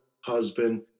husband